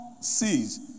sees